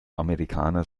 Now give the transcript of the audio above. amerikaner